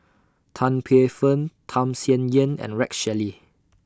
Tan Paey Fern Tham Sien Yen and Rex Shelley